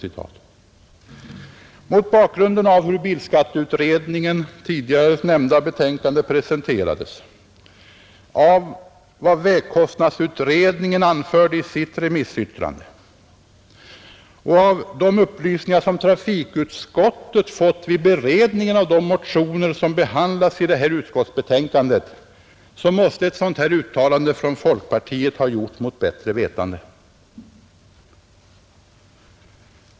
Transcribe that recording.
Mot bakgrunden av hur bilskatteutredningens tidigare nämnda betänkande presenterades, av vad vägkostnadsutredningen anförde i sitt remissyttrande och av de upplysningar som trafikutskottet fått vid beredningen av de motioner som behandlas i föreliggande utskottsbetänkande måste ett sådant uttalande ha gjorts mot bättre vetande.